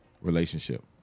relationship